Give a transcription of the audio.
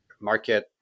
market